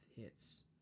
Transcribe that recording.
hits